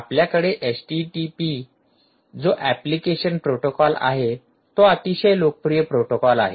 आपल्याकडे एचटीटीपीजो application protocol आहे तो अतिशय लोकप्रिय प्रोटोकॉल आहे